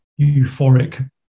euphoric